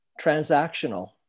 transactional